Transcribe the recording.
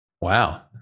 Wow